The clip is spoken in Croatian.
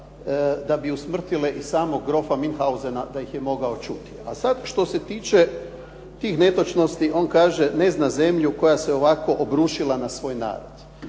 da bi usmrtile i samog grofa Münchausena da ih je mogao čuti. A sada što se tiče tih netočnosti, on kaže, ne zna zemlju koja se ovako obrušila na svoj narod.